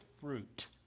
fruit